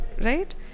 right